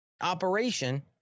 operation